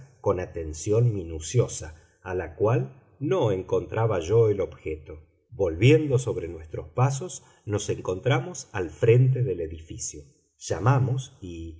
con atención minuciosa a la cual no encontraba yo el objeto volviendo sobre nuestros pasos nos encontramos al frente del edificio llamamos y